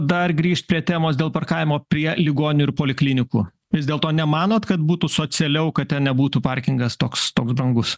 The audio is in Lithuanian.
dar grįžt prie temos dėl parkavimo prie ligonių ir poliklinikų vis dėlto nemanot kad būtų socialiau kad nebūtų parkingas toks toks brangus